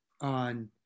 on